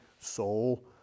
soul